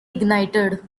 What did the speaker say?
ignited